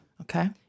Okay